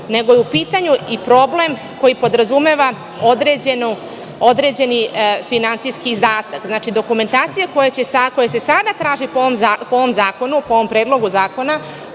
nego je u pitanju i problem koji podrazumeva određeni finansijski izdatak. Znači, dokumentacija koja se sada traži po ovom zakonu, po ovom Predlogu zakona,